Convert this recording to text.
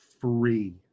free